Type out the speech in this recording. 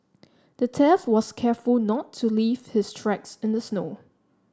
the thief was careful not to leave his tracks in the snow